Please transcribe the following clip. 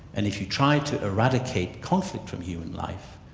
and if you try to eradicate conflict from human life,